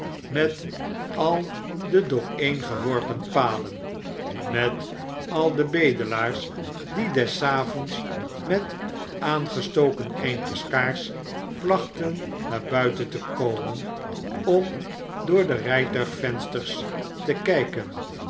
met al de dooreen geworpen palen met al de bedelaars die des avonds met aangestoken eindjes kaars plachten naar buiten te komen om door de rfltuigvensters te kpen